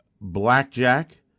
Blackjack